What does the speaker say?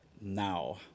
Now